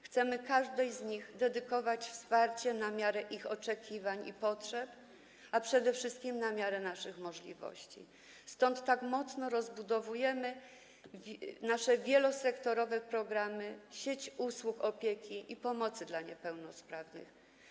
Chcemy każdej z tych osób dedykować wsparcie na miarę jej oczekiwań i potrzeb, a przede wszystkim na miarę naszych możliwości, dlatego tak mocno rozbudowujemy nasze wielosektorowe programy, sieć usług opieki i pomocy dla niepełnosprawnych.